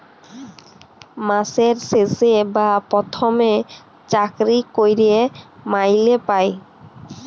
মাসের শেষে বা পথমে চাকরি ক্যইরে মাইলে পায়